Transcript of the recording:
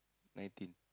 nineteen